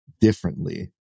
differently